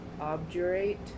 obdurate